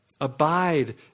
Abide